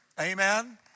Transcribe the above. Amen